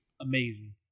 Amazing